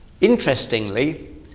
Interestingly